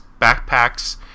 backpacks